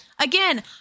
Again